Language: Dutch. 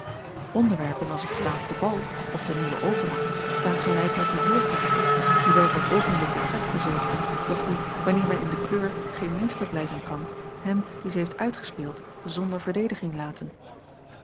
onderwerpen als t laatste bal of de nieuwe opera staan gelijk met de heerkaarten die wel voor t oogenblik den trek verzekeren doch die wanneer men in de kleur geen meester blijven kan hem die ze heeft uitgespeeld zonder verdediging laten